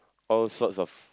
all sorts of